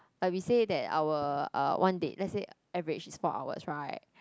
but we say that our uh one date let's say average is four hours right